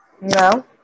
No